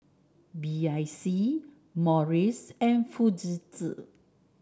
B I C Morries and Fujitsu